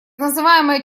называемая